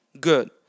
good